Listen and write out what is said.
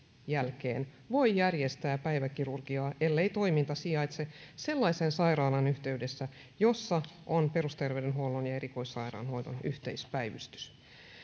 jälkeen voi järjestää päiväkirurgiaa ellei toiminta sijaitse sellaisen sairaalan yhteydessä jossa on perusterveydenhuollon ja erikoissairaanhoidon yhteispäivystys